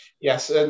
Yes